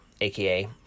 aka